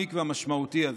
והמעמיק והמשמעותי הזה.